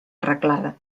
arreglada